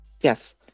Yes